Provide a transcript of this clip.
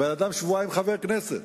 הבן-אדם שבועיים חבר כנסת.